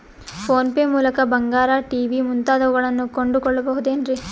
Phone pay ಮೂಲಕ ಬಂಗಾರ, TV ಮುಂತಾದವುಗಳನ್ನ ಕೊಂಡು ಕೊಳ್ಳಬಹುದೇನ್ರಿ?